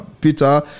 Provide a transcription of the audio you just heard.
Peter